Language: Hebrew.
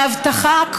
להבטחה,